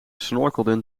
snorkelden